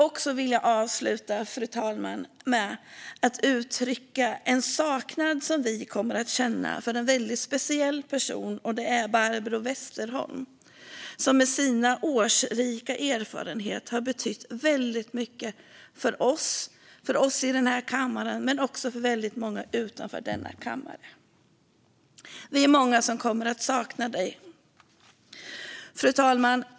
Jag vill avsluta med att uttrycka den saknad vi kommer att känna efter en väldigt speciell person. Det är Barbro Westerholm, som med sin årsrika erfarenhet har betytt väldigt mycket för oss i den här kammaren men också för väldigt många utanför den. Vi är många som kommer att sakna dig, Barbro! Fru talman!